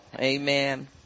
Amen